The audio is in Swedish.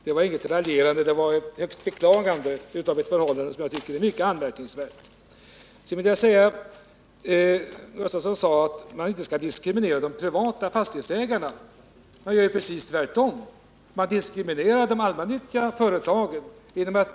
Det var inget raljerande utan ett beklagande av ett förhållande som jag tycker är mycket anmärkningsvärt. Wilhelm Gustafsson sade att man inte skall diskriminera de privata fastighetsägarna men man gör ju precis tvärtom — man diskriminerar de allmännyttiga företagen.